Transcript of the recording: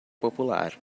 popular